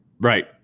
Right